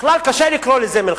בכלל, קשה לקרוא לזה מלחמה.